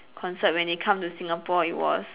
concert when they come to Singapore it was